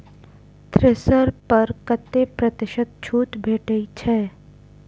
Thresher पर कतै प्रतिशत छूट भेटय छै?